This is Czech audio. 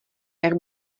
jak